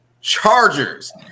Chargers